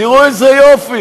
תראו איזה יופי.